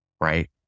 right